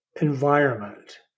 environment